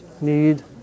need